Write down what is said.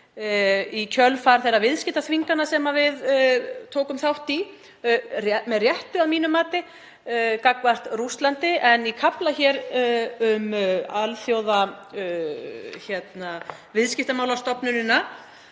í kjölfar þeirrar viðskiptaþvingana sem við tókum þátt í, með réttu að mínu mati, gagnvart Rússlandi. Í kafla um Alþjóðaviðskiptastofnunina